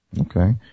Okay